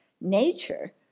nature